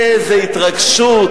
איזו התרגשות.